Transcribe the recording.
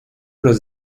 los